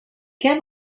què